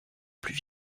plus